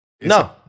No